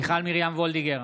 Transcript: מיכל מרים וולדיגר,